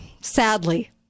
Sadly